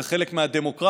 זה חלק מהדמוקרטיה.